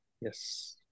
Yes